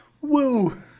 Woo